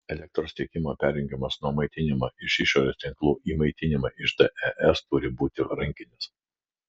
elektros tiekimo perjungimas nuo maitinimo iš išorės tinklų į maitinimą iš des turi būti rankinis